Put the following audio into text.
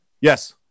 Yes